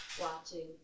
watching